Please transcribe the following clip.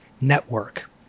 network